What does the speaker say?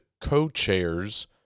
co-chairs